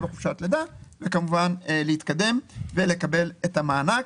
בחופשת לידה וכמובן להתקדם ולקבל את המענק.